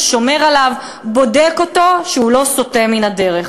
שומר עליו ובודק אותו שהוא לא סוטה מן הדרך.